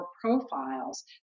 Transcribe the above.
profiles